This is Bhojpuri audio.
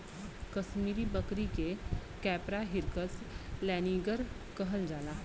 कसमीरी बकरी के कैपरा हिरकस लैनिगर कहल जाला